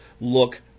look